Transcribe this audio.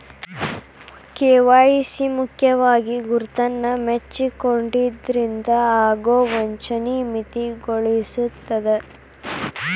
KYC ಮುಖ್ಯವಾಗಿ ಗುರುತನ್ನ ಮುಚ್ಚಿಡೊದ್ರಿಂದ ಆಗೊ ವಂಚನಿ ಮಿತಿಗೊಳಿಸ್ತದ